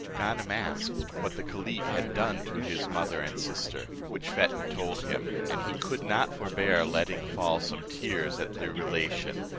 ganem asked, what the caliph had done to his mother and sister, which fetnah told him and he could not forbear letting fall some tears at the relation,